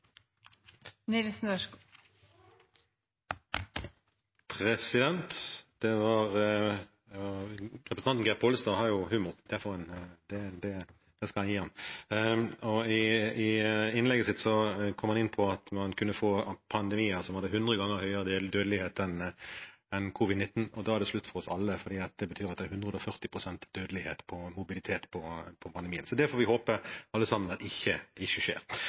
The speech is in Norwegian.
Representanten Geir Pollestad har humor. Det skal jeg gi ham. I innlegget sitt kom han inn på at man kunne få pandemier som hadde hundre ganger høyere dødelighet enn covid-19, og da er det slutt for oss alle, for det betyr at det er 140 pst. dødelighet – morbiditet – på pandemien. Det får vi alle håpe at ikke skjer. Spørsmålet mitt er følgende: Det